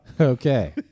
Okay